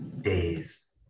days